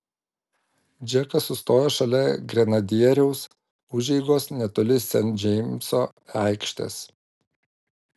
džekas sustojo šalia grenadieriaus užeigos netoli sent džeimso aikštės